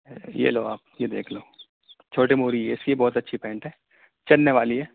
یہ لو آپ یہ دیکھ لو چھوٹی موہری ہی ہے اس کی یہ بہت اچھی پینٹ ہے چلنے والی ہے